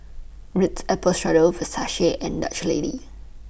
Ritz Apple Strudel Versace and Dutch Lady